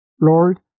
Lord